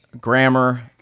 grammar